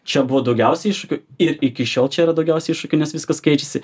čia buvo daugiausia iššūkių ir iki šiol čia yra daugiausia iššūkių nes viskas keičiasi